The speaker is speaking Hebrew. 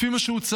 לפי מה שהוצג,